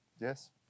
Yes